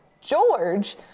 George